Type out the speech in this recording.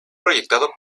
proyectado